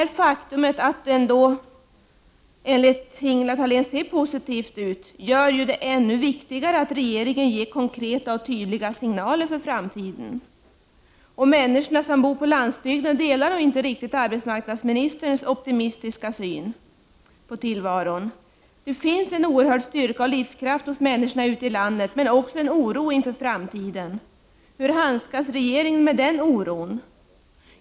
Men det faktum att det enligt Ingela Thalén ser positivt ut gör det ännu viktigare att regeringen ger konkreta och tydliga signaler för framtiden. Människorna som bor på landsbygden delar nog inte riktigt arbetsmarknadsministerns optimistiska syn på tillvaron. Det finns en oerhörd styrka och livskraft hos människorna ute i landet men också en oro inför framtiden. Hur handskas regeringen med den?